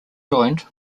joined